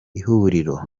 ihuriro